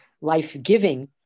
life-giving